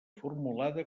formulada